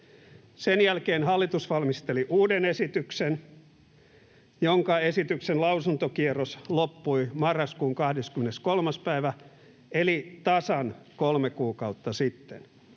Sen jälkeen hallitus valmisteli uuden esityksen, jonka lausuntokierros loppui marraskuun 23. päivä eli tasan kolme kuukautta sitten.